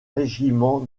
régiment